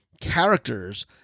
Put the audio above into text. characters